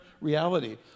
reality